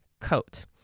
coat